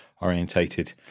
orientated